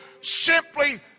simply